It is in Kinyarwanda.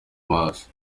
maso